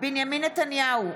בנימין נתניהו,